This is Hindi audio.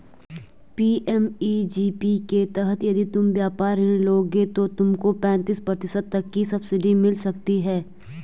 पी.एम.ई.जी.पी के तहत यदि तुम व्यापार ऋण लोगे तो तुमको पैंतीस प्रतिशत तक की सब्सिडी मिल सकती है